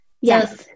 yes